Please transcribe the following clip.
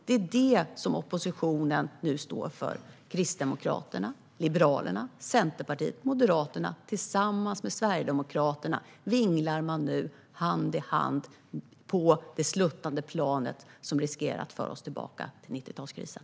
Det är det oppositionen nu står för. Kristdemokraterna, Liberalerna, Centerpartiet och Moderaterna - tillsammans med Sverigedemokraterna vinglar man nu hand i hand på det sluttande plan som riskerar att föra oss tillbaka till 90-talskrisen.